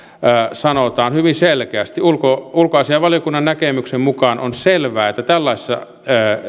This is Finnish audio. sanotaan hyvin selkeästi ulkoasiainvaliokunnan näkemyksen mukaan on selvää että tällaisessa